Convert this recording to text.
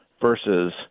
versus